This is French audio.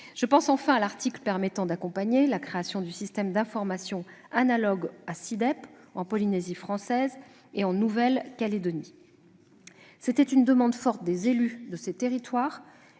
Je pense enfin à l'article permettant d'accompagner la création de systèmes d'information analogues à SI-DEP en Polynésie française et en Nouvelle-Calédonie. C'était une demande forte des élus de ces territoires,